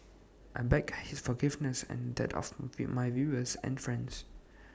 I beg his forgiveness and that of my viewers and friends